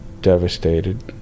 devastated